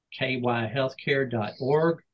kyhealthcare.org